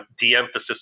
de-emphasis